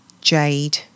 Jade